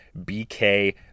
BK